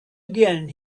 again